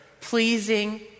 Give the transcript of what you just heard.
pleasing